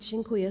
Dziękuję.